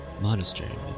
Monastery